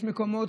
יש מקומות,